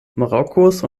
marokkos